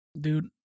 dude